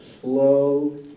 slow